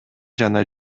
жана